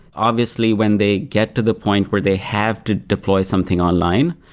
obviously when they get to the point where they have to deploy something online,